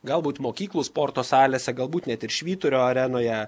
galbūt mokyklų sporto salėse galbūt net ir švyturio arenoje